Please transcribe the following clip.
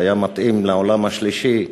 שהיה מתאים לעולם השלישי,